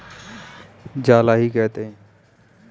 spider silk मकड़ी जाले को कहते हैं